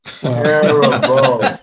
Terrible